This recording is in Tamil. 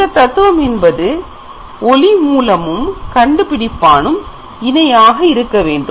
இந்த தத்துவம் என்பது ஒளி மூலமும் கண்டுபிடிப்பானும் இணையாக இருக்க வேண்டும்